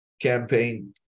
campaign